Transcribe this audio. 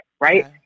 right